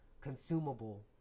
consumable